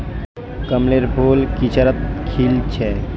कमलेर फूल किचड़त खिल छेक